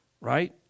Right